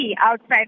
outside